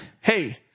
Hey